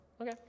Okay